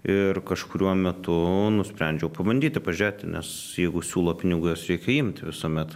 ir kažkuriuo metu nusprendžiau pabandyti pažiūrėti nes jeigu siūlo pinigus juos reikia imti visuomet